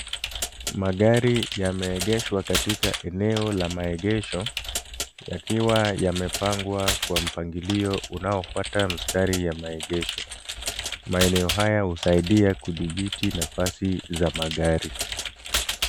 Magari yameegeshwa katika eneo la maegesho, yakiwa yamepangwa kwa mpangilio unaofuata mstari wa maegesho. Maeneo haya husaidia kudhibiti nafasi za magari.